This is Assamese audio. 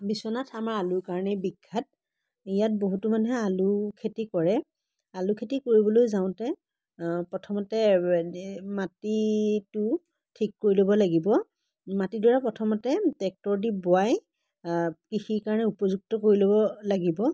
বিশ্বনাথ আমাৰ আলুৰ কাৰণেই বিখ্যাত ইয়াত বহুতো মানুহে আলু খেতি কৰে আলু খেতি কৰিবলৈ যাওঁতে প্ৰথমতে মাটিটো ঠিক কৰি ল'ব লাগিব মাটিডৰা প্ৰথমতে টেক্টৰ দি বোৱাই কৃষিৰ কাৰণে উপযুক্ত কৰি ল'ব লাগিব